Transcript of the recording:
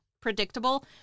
Predictable